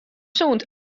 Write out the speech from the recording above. sûnt